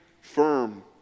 firm